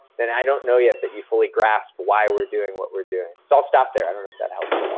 then i don't know yet that you fully grasp why we're doing what we're doing. so i'll stop there. i don't know if that helps. brad no,